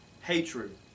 hatred